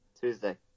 Tuesday